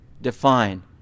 define